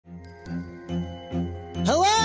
Hello